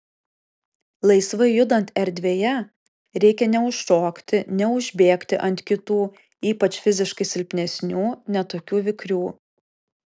laisvai judant erdvėje reikia neužšokti neužbėgti ant kitų ypač fiziškai silpnesnių ne tokių vikrių